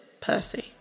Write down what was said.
Percy